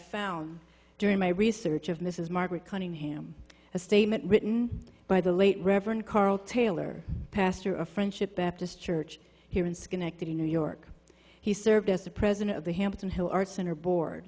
found during my research of mrs margaret cunningham a statement written by the late reverend carl taylor pastor of friendship baptist church here in schenectady new york he served as the president of the hampton who are center board